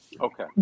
Okay